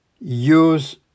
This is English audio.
Use